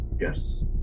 Yes